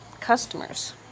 customers